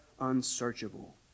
unsearchable